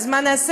אז מה נעשה?